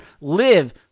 live